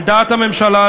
על דעת הממשלה,